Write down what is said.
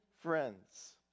friends